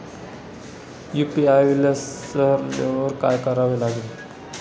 UPI विसरल्यावर काय करावे लागेल?